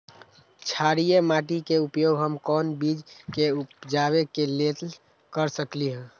क्षारिये माटी के उपयोग हम कोन बीज के उपजाबे के लेल कर सकली ह?